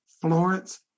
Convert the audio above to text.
Florence